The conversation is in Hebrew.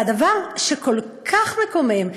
והדבר שכל כך מקומם,